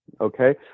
Okay